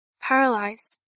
Paralyzed